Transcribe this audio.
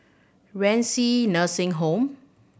Renci Nursing Home